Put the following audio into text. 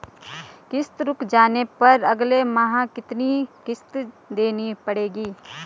किश्त रुक जाने पर अगले माह कितनी किश्त देनी पड़ेगी?